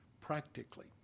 practically